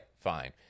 fine